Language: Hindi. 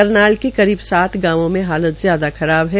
करनाल के करीब सात गांवों में हालात ज्यादा खराब है